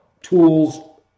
tools